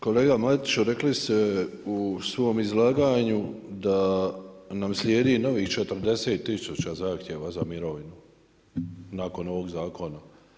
Kolega Matiću rekli ste u svom izlaganju da nam slijedi novih 40 tisuća zahtjeva za mirovinu, nakon ovog zakona.